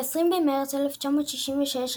ב-20 במרץ 1966,